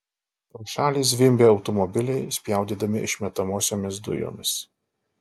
pro šalį zvimbė automobiliai spjaudydami išmetamosiomis dujomis